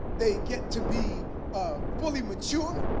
they get to be ah fully mature,